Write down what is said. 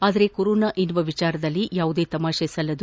ಆದರೆ ಕೊರೊನಾ ಎನ್ನುವ ವಿಷಯದಲ್ಲಿ ಯಾವುದೇ ತಮಾಷೆ ಮಾಡಬಾರದು